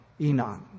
Enoch